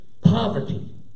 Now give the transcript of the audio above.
poverty